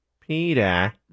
Peter